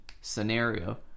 scenario